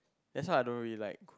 that's why I don't really like